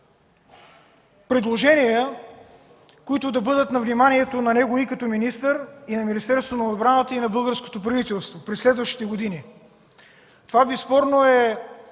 предложения, които да бъдат на неговото внимание като министър на Министерството на отбраната, и към българското правителство, през следващите години. Това безспорно е: